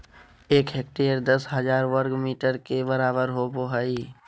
एक हेक्टेयर दस हजार वर्ग मीटर के बराबर होबो हइ